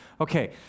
Okay